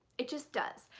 it just does.